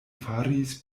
faris